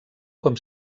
com